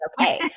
okay